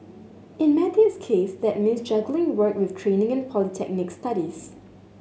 in Matthew's case that mean juggling work with training and polytechnic studies